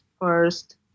first